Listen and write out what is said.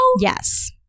Yes